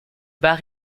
bas